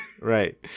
Right